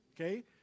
Okay